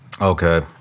Okay